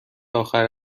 آخر